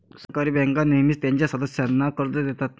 सहकारी बँका नेहमीच त्यांच्या सदस्यांना कर्ज देतात